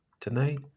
tonight